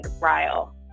Ryle